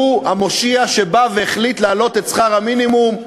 הוא המושיע שבא והחליט להעלות את שכר המינימום.